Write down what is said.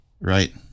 right